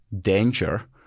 danger